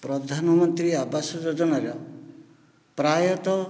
ପ୍ରଧାନମନ୍ତ୍ରୀ ଆବାସ ଯୋଜନାର ପ୍ରାୟତଃ